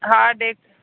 हा ॾे